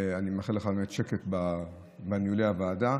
ואני מאחל לך באמת שקט בניהולי הוועדה.